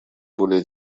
более